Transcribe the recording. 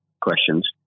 questions